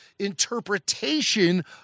Interpretation